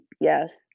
Yes